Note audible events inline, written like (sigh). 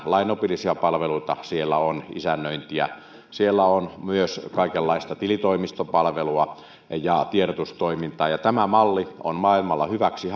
lainopillisia palveluita siellä on isännöintiä siellä on myös kaikenlaista tilitoimistopalvelua ja ja tiedotustoimintaa tämä malli on maailmalla hyväksi (unintelligible)